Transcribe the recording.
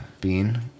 Bean